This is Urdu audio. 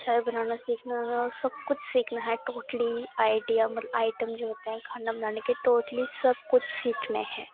چائے بنانا سیکھنا ہے اور سب کچھ سیکھنا ہے ٹوٹلی آئیڈیا آئٹم جو ہوتا ہے کھانا بنانے کے ٹوٹلی سب کچھ سیکھنا ہے